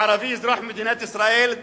ערבי אזרח מדינת ישראל,